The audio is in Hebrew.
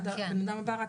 עד שהבן אדם הבא ידבר?